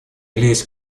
лезь